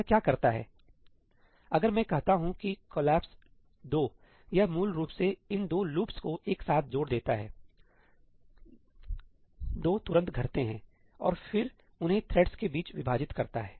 यह क्या करता है इसलिए अगर मैं कहता हूं कि कॉलएप्स यह मूल रूप से इन दो लूप्स को एक साथ जोड़ देता है दो तुरंत घटते हैं और फिर उन्हें थ्रेड्स के बीच विभाजित करता है